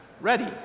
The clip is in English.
ready